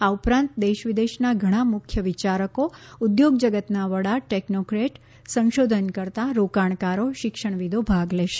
આ ઉપરાંત દેશવિદેશના ઘણા મુખ્ય વિયારકો ઉદ્યોગ જગતના વડા ટેકનોક્રેટ સંશોધનકર્તા રોકાણકારો શિક્ષણવિદો ભાગ લેશે